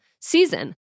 season